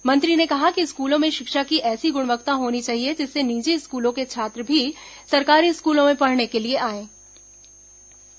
मंत्री ने कहा कि स्कूलों में शिक्षा की ऐसी गुणवत्ता होनी चाहिए जिससे निजी स्कूलों के छात्र भी सरकारी स्कूलों में पढ़ने के लिए आएं